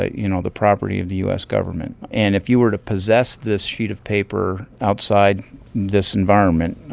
ah you know, the property of the u s. government. and if you were to possess this sheet of paper outside this environment,